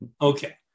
Okay